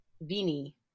Vini